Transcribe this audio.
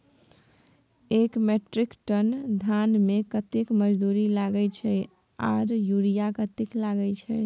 एक metric ton धान में कतेक मजदूरी लागे छै आर यूरिया कतेक लागे छै?